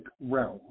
realm